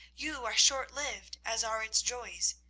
you are shortlived, as are its joys.